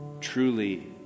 truly